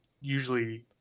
usually